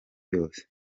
yose